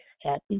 Happy